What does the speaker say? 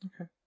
Okay